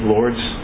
Lord's